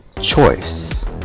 Choice